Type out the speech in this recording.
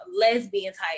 lesbian-type